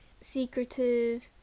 secretive